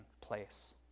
place